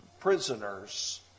prisoners